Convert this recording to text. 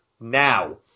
now